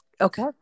Okay